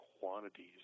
quantities